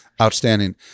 Outstanding